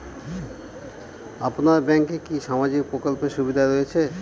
আপনার ব্যাংকে কি সামাজিক প্রকল্পের সুবিধা রয়েছে?